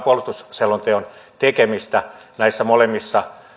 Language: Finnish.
puolustusselonteon tekemistä näissä molemmissa